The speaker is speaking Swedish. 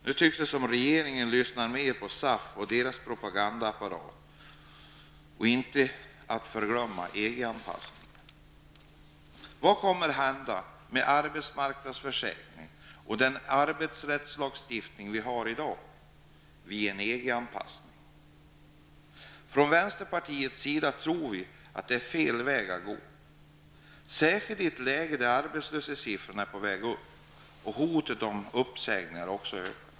Nu tycks det som om regeringen lyssnar mer på SAF och dess propagandaapparat -- och inte att förglömma EG Vad kommer att hända, vid en EG-anpassning, med arbetsmarknadsförsäkringarna och den arbetsrättslagstiftning vi har i dag? Från vänsterpartiets sida tror vi att det är fel väg att gå, särskilt i ett läge där arbetslöshetssiffrorna är på väg upp och hotet om uppsägningar också ökar.